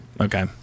Okay